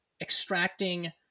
extracting